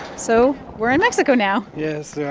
so we're in mexico now yes, yeah